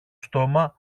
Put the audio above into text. στόμα